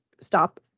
stop